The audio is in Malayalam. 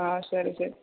ആ ശരി ശരി